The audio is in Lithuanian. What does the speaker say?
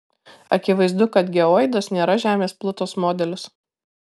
akivaizdu kad geoidas nėra žemės plutos modelis